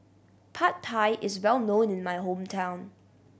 Pad Thai is well known in my hometown